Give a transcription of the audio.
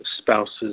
spouse's